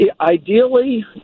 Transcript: ideally